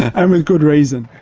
and with good reason.